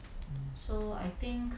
mm